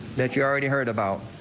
that you already heard about.